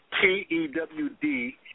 T-E-W-D